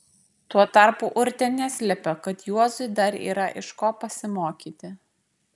tuo tarpu urtė neslėpė kad juozui dar yra iš ko pasimokyti